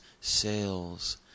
sails